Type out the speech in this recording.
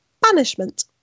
banishment